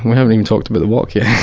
haven't even talked about the walk yet.